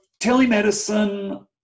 telemedicine